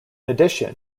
addition